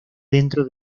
dentro